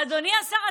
אדוני השר,